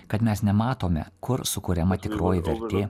kad mes nematome kur sukuriama tikroji vertė